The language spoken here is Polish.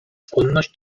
skłonność